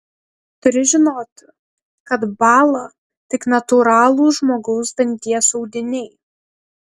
turi žinoti kad bąla tik natūralūs žmogaus danties audiniai